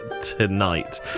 tonight